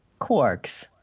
Quarks